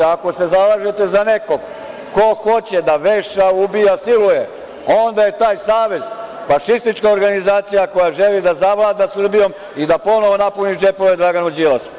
Ako se zalažete za nekog ko hoće da veša, ubija, siluje, onda je taj savez fašistička organizacija koja želi da zavlada Srbijom i da ponovo napuni džepove Draganu Đilasu.